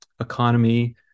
economy